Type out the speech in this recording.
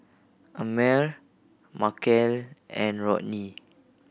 Amare Markel and Rodney